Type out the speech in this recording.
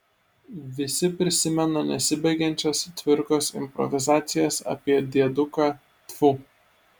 visi prisimena nesibaigiančias cvirkos improvizacijas apie dėduką tfu